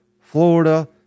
Florida